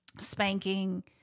spanking